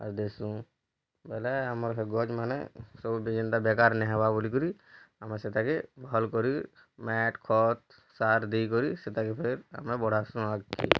sir ଦେସୁଁ ବୋଇଲେ ଆମର୍ ସେ ଗଛ୍ମାନେ ସବୁ ବି ଯେନ୍ତା ବେକାର୍ ନାଇଁ ହେବା ବୋଲିକିରି ଆମେ ସେଟାକେ ଭଲ କରି ମାଟ୍ ଖତ ସାର୍ ଦେଇକରି ସେତାକେ ଫିର୍ ଆମେ ବଢ଼ାସୁଁ ଆଗ୍କି